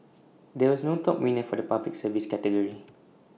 there was no top winner for the Public Service category